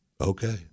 Okay